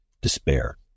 despair